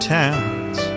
towns